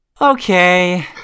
okay